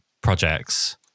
projects